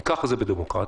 כי ככה זה בדמוקרטיה,